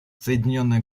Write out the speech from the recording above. соединенное